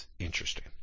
interesting